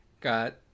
got